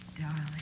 darling